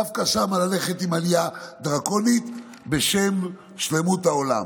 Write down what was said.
דווקא שם ללכת עם עלייה דרקונית בשם שלמות העולם,